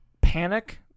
panic